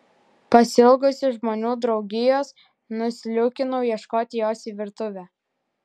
pasiilgusi žmonių draugijos nusliūkinau ieškoti jos į virtuvę